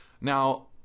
Now